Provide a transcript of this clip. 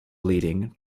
bleeding